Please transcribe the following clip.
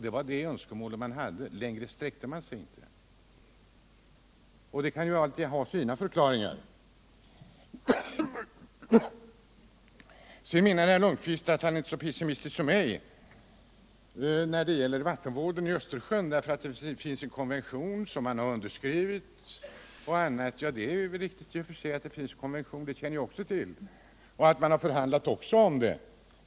Det var det önskemål man hade; längre sträckte man sig inte, vilket kan ha sina förklaringar. Herr Lundkvist säger att han inte är så pessimistisk som jag när det gäller valtenvården i Östersjön, därför att det finns en konvention som han har skrivit under. Ja, också jag känner till att det finns en konvention och att man har fört förhandlingar.